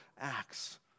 acts